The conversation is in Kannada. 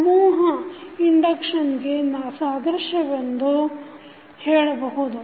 ಸಮೂಹ ಇಂಡಕ್ಟನ್ಸಗೆ ಸಾದಶ್ಯವೆಂದೂ ಹೇಳಬಹುದು